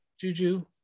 Juju